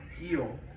heal